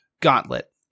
gauntlet